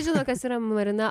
žino kas yra marina